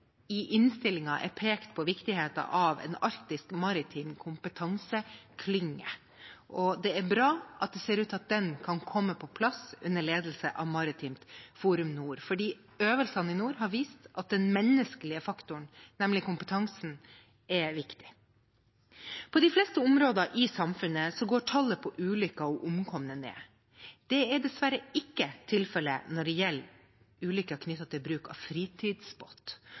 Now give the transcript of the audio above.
i innstillingen er pekt på viktigheten av en arktisk maritim kompetanseklynge. Det er bra at det ser ut til at den kan komme på plass, under ledelse av Maritimt Forum Nord, for øvelsene i nord har vist at den menneskelige faktoren, nemlig kompetansen, er viktig. På de fleste områder i samfunnet går tallet på ulykker og omkomne ned. Det er dessverre ikke tilfellet når det gjelder ulykker knyttet til bruk av